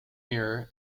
mirror